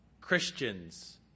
Christian's